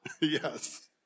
Yes